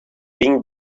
being